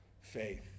faith